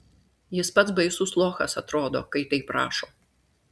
jis pats baisus lochas atrodo kai taip rašo